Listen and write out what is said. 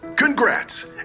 Congrats